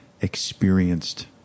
experienced